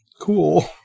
Cool